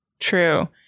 true